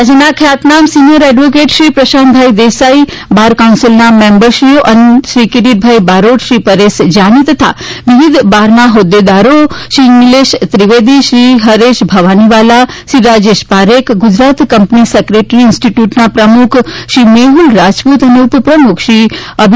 રાજયના ખ્યાતનામ senior advocate Shri Prashantbhai Desai bar કાઉન્સીલના મેમ્બરશ્રીઓ શ્રી કીરીટભાઈ બારોટ શ્રી પરેશ જાની તથા વિવિધ બારના હોદેદારશ્રીઓ શ્રી નિલેષ ત્રિવેદી શ્રી હરેશ ભવાનીવાલા શ્રી રાજેશ પારેખ ગુજરાત કંપની સેક્રેટરી ઈન્સ્ટીટયુટના પ્રમુખશ્રી મેહુલ રાજપુત અને ઉપપ્રમુખ શ્રી તા